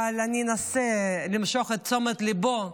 אבל אני אנסה למשוך את תשומת ליבו,